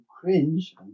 cringe